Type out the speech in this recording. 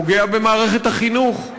פוגע במערכת החינוך,